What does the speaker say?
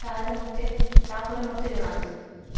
ତାହେଲେ ମୋତେ ତା'ପରେ ମୋତେ ଜଣାନ୍ତୁ